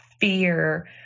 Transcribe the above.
fear